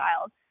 child